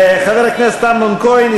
חבר הכנסת אמנון כהן,